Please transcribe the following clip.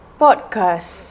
podcast